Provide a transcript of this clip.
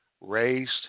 raised